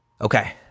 Okay